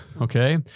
okay